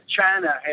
China